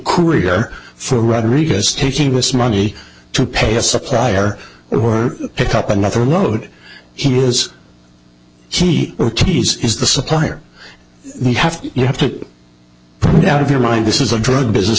or for rodriguez taking this money to pay a supplier or pick up another load he has she is the supplier we have you have to get out of your mind this is a drug business